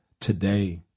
today